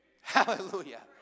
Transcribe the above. Hallelujah